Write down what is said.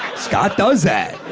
scott does that.